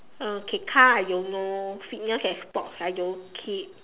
okay car I don't know fitness and sports I don't keep